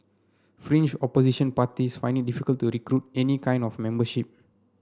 fringe opposition parties find it difficult to recruit any kind of membership